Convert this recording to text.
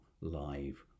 live